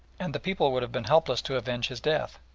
and the people would have been helpless to avenge his death.